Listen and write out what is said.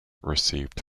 received